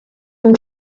them